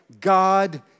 God